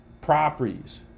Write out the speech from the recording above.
properties